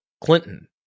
Clinton